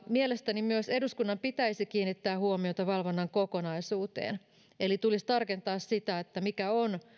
mielestäni myös eduskunnan pitäisi kiinnittää huomiota valvonnan kokonaisuuteen eli tulisi tarkentaa sitä mikä on